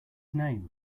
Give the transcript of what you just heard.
name